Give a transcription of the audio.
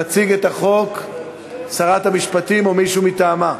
תציג את החוק שרת המשפטים, או מישהו מטעמה.